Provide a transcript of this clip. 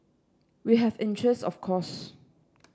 we have interest of course